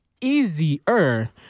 easier